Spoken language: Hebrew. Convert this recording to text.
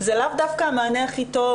לאו דווקא המענה הכי טוב,